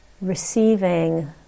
Receiving